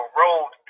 road